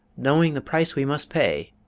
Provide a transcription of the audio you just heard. knowing the price we must pay,